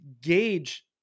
gauge